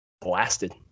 blasted